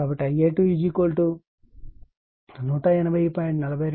కాబట్టి Ia2 180